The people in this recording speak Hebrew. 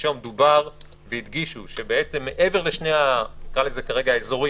שלשום הדגישו בוועדה שמעבר לשני האזורים,